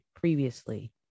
previously